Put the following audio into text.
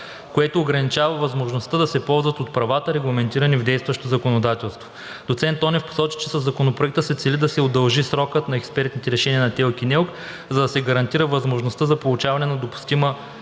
което ограничава възможността да се ползват от правата, регламентирани в действащото законодателство. Доцент Тонев посочи, че със Законопроекта се цели да се удължи срокът на експертните решения на ТЕЛК и НЕЛК, за да се гарантира възможността за получаване на допустимата